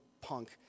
punk